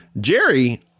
Jerry